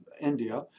India